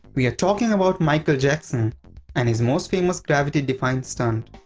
we're talking about michael jackson and his most famous gravity defying stunt.